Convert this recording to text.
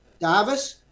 Davis